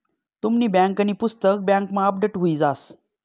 तुमनी बँकांनी पुस्तक बँकमा अपडेट हुई जास